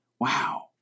wow